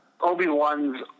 Obi-Wan's